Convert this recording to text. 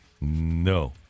No